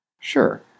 Sure